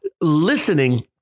listening